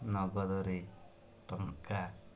ନଗଦରେ ଟଙ୍କା